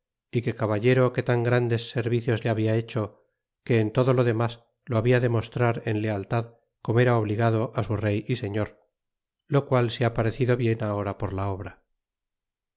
caballero que tan grandes servicios le habla hecho que en todo lo demas lo habia de mostrar en lealtad corno era obligado á su rey y señor lo qual se ha parecido bien ahora por la obra